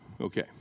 Okay